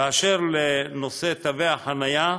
אשר לנושא תווי החניה,